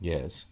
Yes